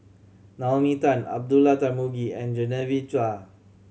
Naomi Tan Abdullah Tarmugi and Genevieve Chua